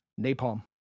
Napalm